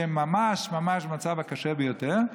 שהם ממש ממש במצב הקשה ביותר.